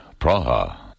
Praha